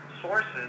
sources